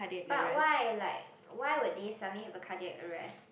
but why like why would they suddenly have a cardiac arrest